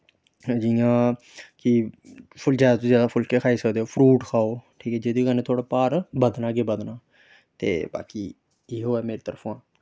जियां कि तुस ज्यादा तो ज्यादा फुल्के खाई सकदे ओ फ्रूट खाओ ठीक ऐ जेह्दे कन्नै थुआढा भार बधना गै बधना ते बाकी इयो ऐ मेरी तरफों आं